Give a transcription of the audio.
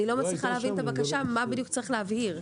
אני לא מצליחה להבין את הבקשה מה בדיוק צריך להבהיר.